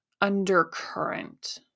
undercurrent